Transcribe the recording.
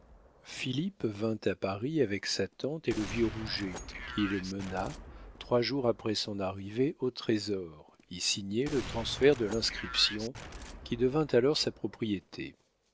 philippe vint à paris avec sa tante et le vieux rouget qu'il mena trois jours après son arrivée au trésor y signer le transfert de l'inscription qui devint alors sa propriété